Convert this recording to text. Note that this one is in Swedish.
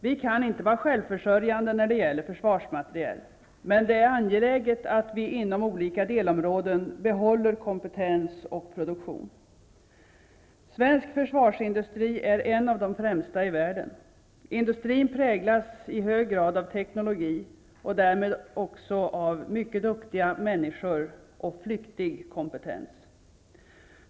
Vi kan inte vara självförsörjande när det gäller försvarsmateriel, men det är angeläget att vi inom olika delområden behåller kompetens och produktion. Svensk försvarsindustri är en av de främsta i världen. Industrin präglas i hög grad av teknologi och därmed också av mycket duktiga människor och flyktig kompetens.